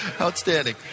Outstanding